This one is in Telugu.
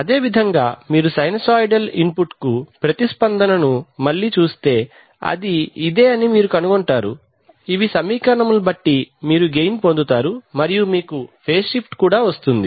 అదేవిధంగా మీరు సైనూసోయిడల్ ఇన్పుట్కు దాని ప్రతిస్పందనను మళ్ళీ చూస్తే అది ఇదే అని మీరు కనుగొంటారు ఇవి సమీకరణములు కాబట్టి మీరు గెయిన్ పొందుతారు మరియు మీకు ఫేజ్ షిఫ్ట్ కూడా వస్తుంది